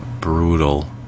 brutal